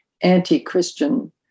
anti-Christian